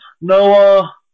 Noah